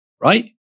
Right